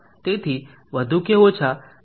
તેથી વધુ કે ઓછા તે સતત ફલો રેટપંપ છે